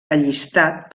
allistat